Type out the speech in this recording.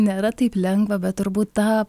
nėra taip lengva bet turbūt tą